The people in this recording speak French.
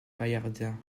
paillardin